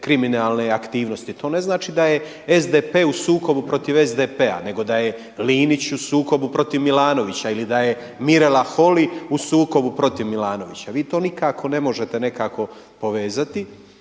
kriminalne aktivnosti, to ne znači da je SDP u sukobu protiv SDP-a nego da je Linić u sukobu protiv Milanovića ili da je Mirela Holy u sukobu protiv Milanovića, vi to nikako ne možete nekako povezati.